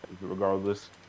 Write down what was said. regardless